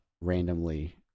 randomly